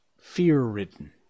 fear-ridden